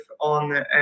on